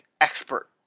expert